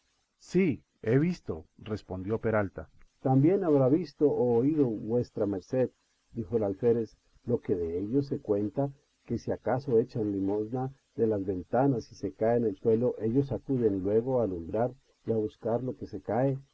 sí he visto respondió peralta también habrá visto u oído vuesa merced dijo el alférez lo que dellos se cuenta que si acaso echan limosna de las ventanas y se cae en el suelo ellos acuden luego a alumbrar y a buscar lo que se cae